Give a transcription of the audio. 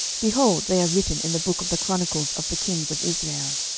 behold, they are written in the book of the chronicles of the kings of israel.